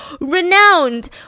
renowned